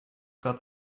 got